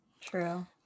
true